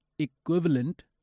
equivalent